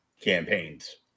campaigns